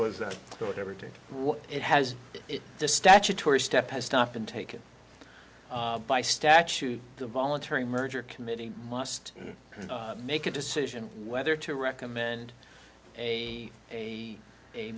what it has the statutory step to stop and take it by statute the voluntary merger committee must make a decision whether to recommend a a a